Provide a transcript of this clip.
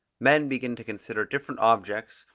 men begin to consider different objects,